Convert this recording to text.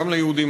גם ליהודים.